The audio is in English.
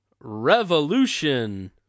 revolution